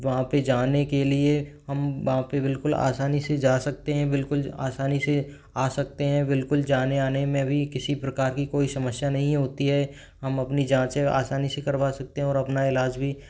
वहाँ पे जाने के लिए हम वहाँ पे बिलकुल आसानी से जा सकते हैं बिलकुल आसानी से आ सकते हैं बिल्कुल जाने आने में अभी किसी प्रकार की कोई समस्या नहीं होती है हम अपनी जाचें आसानी से करवा सकते हैं और अपना इलाज भी